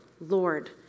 Lord